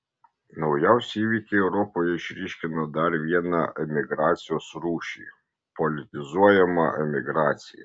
naujausi įvykiai europoje išryškino dar vieną emigracijos rūšį politizuojamą emigraciją